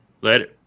Later